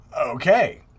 Okay